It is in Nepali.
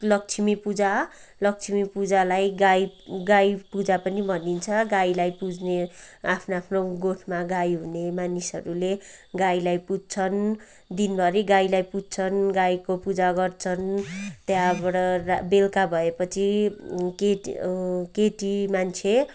लक्ष्मी पूजा लक्ष्मी पूजालाई गाई गाई पूजा पनि भनिन्छ गाईलाई पुज्ने आफ्नो आफ्नो गोठमा गाई हुने मानिसहरूले गाईलाई पुज्छन् दिनभरि गाईलाई पुज्छन् गाईको पुजा गर्छन् त्यहाँबाट बेलुका भएपछि केटी केटी मान्छे